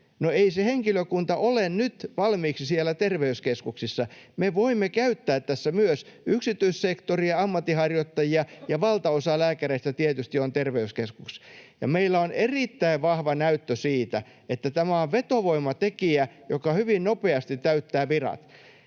ei se henkilökunta ole nyt valmiiksi siellä terveyskeskuksissa. Me voimme käyttää tässä myös yksityissektoria, ammatinharjoittajia, ja valtaosa lääkäreistä tietysti on terveyskeskuksissa. Meillä on erittäin vahva näyttö siitä, että tämä on vetovoimatekijä, joka hyvin nopeasti täyttää virat.